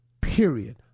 Period